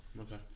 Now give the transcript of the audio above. Okay